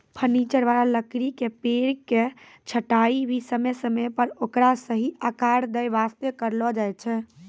furniture वाला लकड़ी के पेड़ के छंटाई भी समय समय पर ओकरा सही आकार दै वास्तॅ करलो जाय छै